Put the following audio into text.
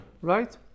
right